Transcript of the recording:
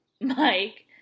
Mike